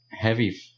heavy